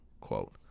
quote